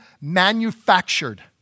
manufactured